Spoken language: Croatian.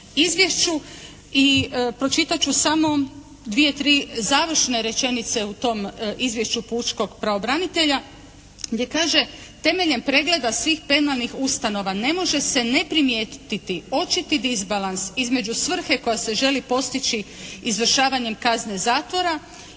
izvješću. I pročitat ću samo dvije, tri završne rečenice u tom izvješću pučkog pravobranitelja gdje kaže: "Temeljem pregleda svih penalnih ustanova ne može se ne primijetiti očiti disbalans između svrhe koja se želi postići izvršavanjem kazne zatvora